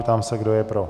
Ptám se, kdo je pro.